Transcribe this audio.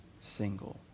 single